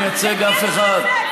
אני לא מייצג אף אחד.